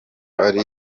ari